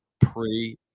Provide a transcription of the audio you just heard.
pre